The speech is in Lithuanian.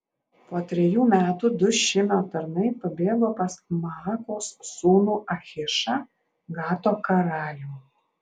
po trejų metų du šimio tarnai pabėgo pas maakos sūnų achišą gato karalių